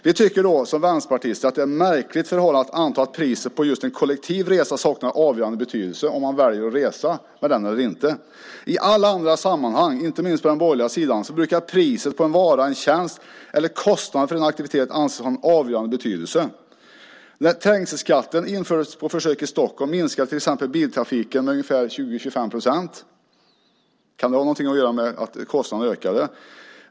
Som vänsterpartister tycker vi att det är ett märkligt förhållande att anta att priset på just en kollektiv resa saknar avgörande betydelse för om man väljer att resa kollektivt eller inte. I alla andra sammanhang, inte minst på den borgerliga sidan, brukar priset på en vara, en tjänst, eller kostnaden för en aktivitet anses ha en avgörande betydelse. När trängselskatten på försök infördes i Stockholm minskade till exempel biltrafiken med ungefär 20-25 procent. Kan det ha något att göra med att kostnaden ökade?